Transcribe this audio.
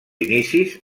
inicis